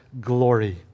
glory